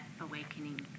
awakening